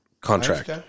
contract